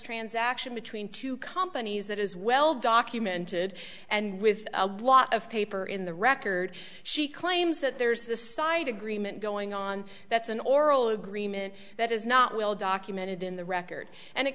transaction between two companies that is well documented and with a lot of paper in the record she claims that there's this side agreement going on that's an oral agreement that is not well documented in the record and it